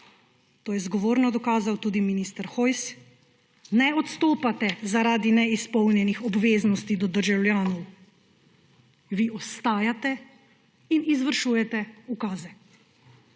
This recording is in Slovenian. to je zgovorno pokazal tudi minister Hojs – ne odstopate zaradi neizpolnjenih obveznosti do državljanov. Vi ostajate in izvršujete ukaze.